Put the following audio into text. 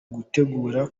gutegura